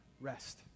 rest